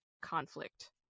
conflict